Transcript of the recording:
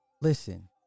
Listen